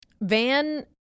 Van